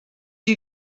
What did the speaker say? you